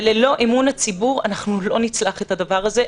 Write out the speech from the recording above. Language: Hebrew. וללא אמון הציבור לא נצלח את הדבר הזה.